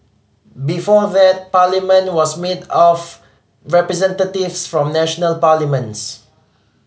before that Parliament was made of representatives from national parliaments